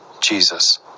Jesus